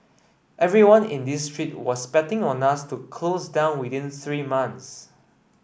everyone in this street was betting on us to close down within three months